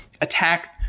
attack